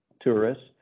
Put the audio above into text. tourists